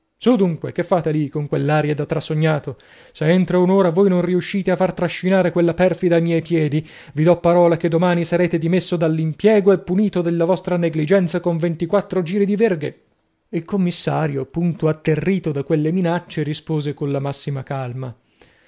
su dunque che fate lì con quell'aria da trasognato se entro un'ora voi non riuscite a far trascinare quella perfida a miei piedi vi do parola che domani sarete dimesso dall'impiego e punito della vostra negligenza con ventiquattro giri di verghe il commissario punto atterrito da quelle minaccie rispose colla massima calma